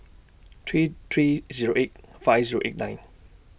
three three Zero eight five Zero eight nine